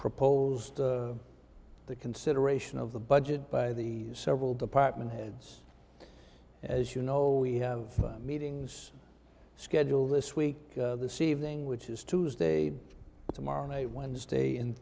proposed to the consideration of the budget by the several department heads as you know we have meetings scheduled this week this evening which is tuesday tomorrow night wednesday and